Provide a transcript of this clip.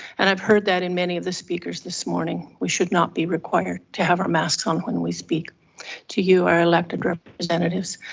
and i've heard that in many of the speakers this morning. we should not be required to have our masks on when we speak to you our elected representatives.